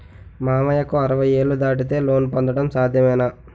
మామయ్యకు అరవై ఏళ్లు దాటితే లోన్ పొందడం సాధ్యమేనా?